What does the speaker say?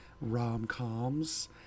rom-coms